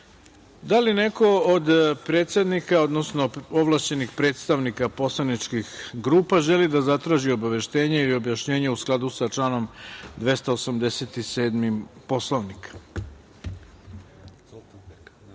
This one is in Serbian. li neko od predsednika, odnosno ovlašćenih predstavnika poslaničkih grupa želi da zatraži obaveštenje ili objašnjenje u skladu sa članom 287. Poslovnika? Reč ima narodni